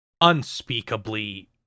unspeakably